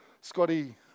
Scotty